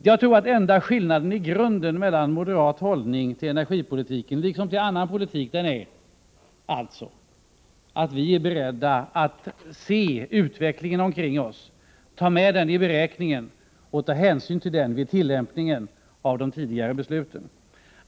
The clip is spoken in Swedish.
Jag tror att den enda skillnaden mellan övriga partiers och moderaternas hållning till energipolitiken liksom till annan politik i grunden är att vi moderater är beredda att se utvecklingen omkring oss, ta med den i beräkningen och ta hänsyn till den vid tillämpningen av de tidigare besluten.